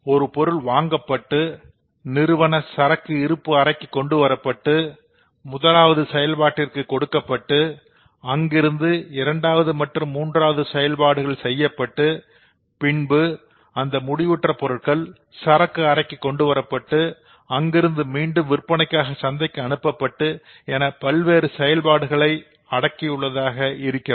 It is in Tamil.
ஒரு பொருள் வாங்கப்பட்டு நிறுவன சரக்கு இருப்பு அறைக்கு கொண்டு வரப்பட்டு முதலாவது செயல்பாட்டிற்கு கொடுக்கப்பட்டு அங்கிருந்து இரண்டாவது மற்றும் மூன்றாவது செயல்பாடுகள் செய்யப்பட்டு பின்பு அந்த முடிவுற்ற பொருள்கள் சரக்கு அறைக்கு கொண்டு வரப்பட்டு அங்கிருந்து மீண்டும் விற்பனைக்காக சந்தைக்கு அனுப்பப்பட்டு என பல்வேறு செயல்பாடுகளை உள்ளடக்கியதாக இருக்கிறது